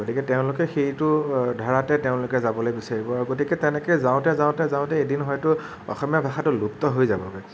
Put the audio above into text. গতিকে তেওঁলোকে সেইটো ধাৰাতে তেওঁলোকে যাবলে বিচাৰিব আৰু গতিকে তেনেকে যাওঁতে যাওঁতে যাওঁতে যাওঁতে এদিন হয়তু অসমীয়া ভাষাটো লুপ্ত হৈ যাবগে